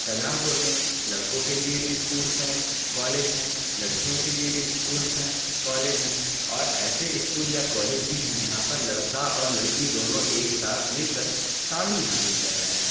شاہ جہاں پور میں لڑکوں کے لیے بھی اسکولس ہیں کالج ہیں لڑکیوں کے لیے بھی اسکولس ہیں کالج ہیں اور ایسے اسکول یا کالج بھی ہیں جہاں پر لڑکا اور لڑکی دونوں ایک ساتھ مل کر تعلیم حاصل کر رہے ہیں